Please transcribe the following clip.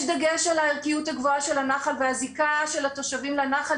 יש דגש על הערכיות הגבוהה של הנחל והזיקה של התושבים לנחל,